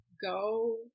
go